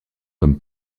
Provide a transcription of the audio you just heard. comme